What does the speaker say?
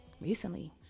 recently